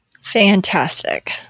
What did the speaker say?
Fantastic